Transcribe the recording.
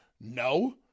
no